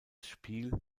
spiel